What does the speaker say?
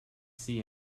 see